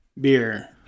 beer